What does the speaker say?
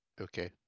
Okay